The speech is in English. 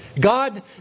God